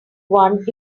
one